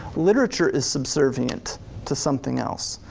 literature is subservient to something else.